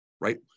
right